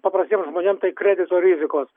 paprastiem žmonėm tai kredito rizikos